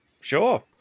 Sure